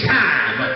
time